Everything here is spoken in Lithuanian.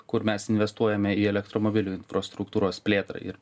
kur mes investuojame į elektromobilių infrastruktūros plėtrą ir